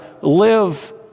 live